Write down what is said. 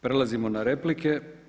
Prelazimo na replike.